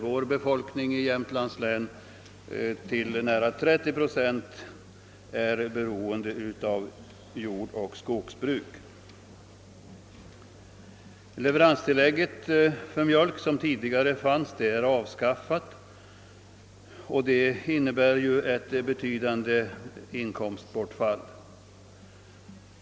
Vår befolkning i Jämtlands län är fortfarande till nära 30 procent beroende av jordoch skogsbruk. Leveranstillägget för mjölk som tidigare fanns har avskaffats, vilket innebär ett betydande inkomstbortfall.